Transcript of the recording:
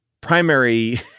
primary